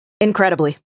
Incredibly